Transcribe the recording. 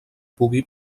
pugui